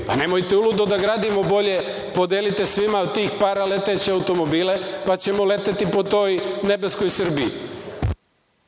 Nemojte uludo da gradimo, bolje podelite svima od tih para leteće automobile, pa ćemo leteti po toj nebeskoj Srbiji.